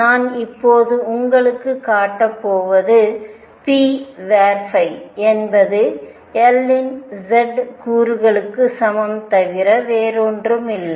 நான் இப்போது உங்களுக்குக் காட்டப் போவது P என்பது L இன் z கூறுகளுக்கு சமம் தவிர வேறொன்றிற்கும் அல்ல